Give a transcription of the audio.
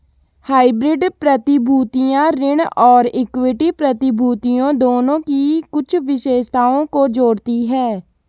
hybrid प्रतिभूतियां ऋण और इक्विटी प्रतिभूतियों दोनों की कुछ विशेषताओं को जोड़ती हैं